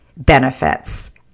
benefits